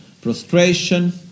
Prostration